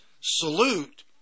salute